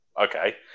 Okay